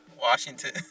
Washington